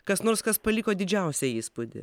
kas nors kas paliko didžiausią įspūdį